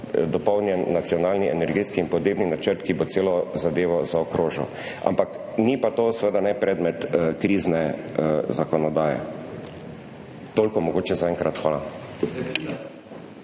dopolnjen nacionalni energetski in podnebni načrt, ki bo celo zadevo zaokrožil. Ampak ni pa to seveda ne predmet krizne zakonodaje. Toliko mogoče za enkrat. Hvala.